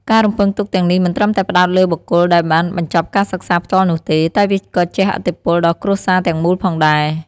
ការរំពឹងទុកទាំងនេះមិនត្រឹមតែផ្តោតលើបុគ្គលដែលបានបញ្ចប់ការសិក្សាផ្ទាល់នោះទេ តែវាក៏ជះឥទ្ធិពលដល់គ្រួសារទាំងមូលផងដែរ។